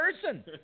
person